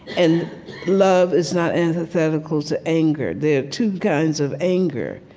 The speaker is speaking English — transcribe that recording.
and love is not antithetical to anger. there are two kinds of anger.